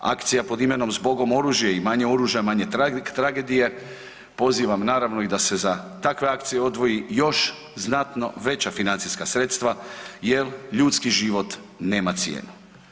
Akcija pod imenom „Zbogom oružje“ i „Manje oružja, manje tragedije“, pozivam naravno da se i za takve akcije odvoji još znatno veća financijska sredstva jel ljudski život nema cijenu.